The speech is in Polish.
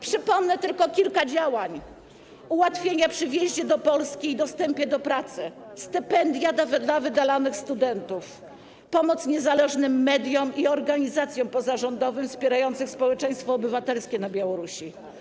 Przypomnę tylko kilka działań: ułatwienia przy wjeździe do Polski i dostępie do pracy, stypendia dla wydalanych studentów, pomoc niezależnym mediom i organizacjom pozarządowym wspierającym społeczeństwo obywatelskie na Białorusi.